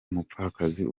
umupfakazi